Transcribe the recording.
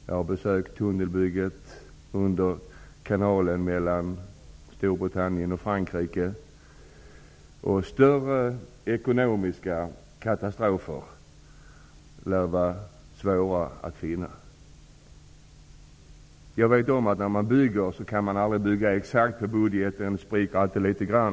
Jag har besökt tunnelbygget under Stora Bält i Storbritannien och Frankrike. Större ekonomiska katastrofer lär det vara svårt att finna. När man bygger sker det aldrig exakt enligt budgeten, utan den spricker alltid litet grand.